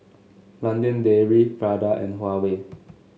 London Dairy Prada and Huawei